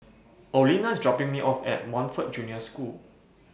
Olena IS dropping Me off At Montfort Junior School